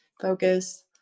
focus